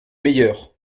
meilleurs